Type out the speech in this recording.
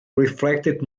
reflected